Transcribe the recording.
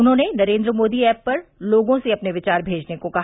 उन्होंने Narendra Modi mobile app पर लोगों से अपने विचार भेजने को कहा